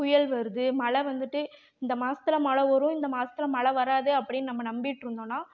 புயல் வருது மழை வந்துட்டு இந்த மாதத்துல மழை வரும் இந்த மாசத்தில் மழை வராது அப்படின்னு நம்ப நம்பிட்டிருந்தோன்னா